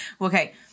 Okay